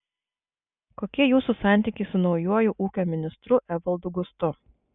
kokie jūsų santykiai su naujuoju ūkio ministru evaldu gustu